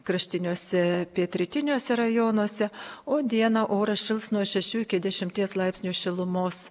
kraštiniuose pietrytiniuose rajonuose o dieną oras šils nuo šešių iki dešimties laipsnių šilumos